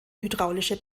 hydraulische